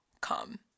come